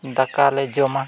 ᱫᱟᱠᱟ ᱞᱮ ᱡᱚᱢᱟ